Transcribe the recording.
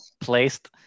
placed